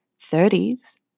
30s